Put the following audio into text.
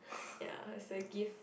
ya is a gift